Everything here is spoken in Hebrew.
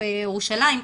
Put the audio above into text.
בירושלים,